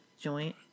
joint